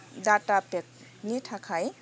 data पेकनि थाखाय